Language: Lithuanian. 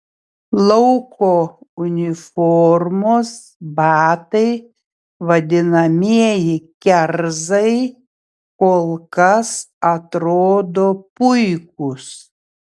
lauko uniformos batai vadinamieji kerzai kol kas atrodo puikūs